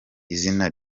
izina